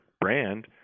brand